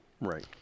Right